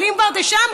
אבל אם כבר אתם שם,